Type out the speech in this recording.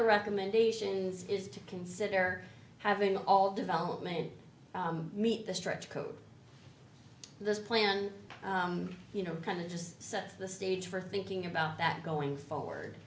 the recommendations is to consider having all development meet the strict code this plan you know kind of just sets the stage for thinking about that going forward